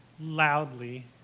loudly